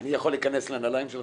אני יכו להיכנס לנעליים שלך?